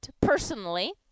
personally